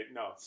no